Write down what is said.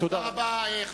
תודה רבה.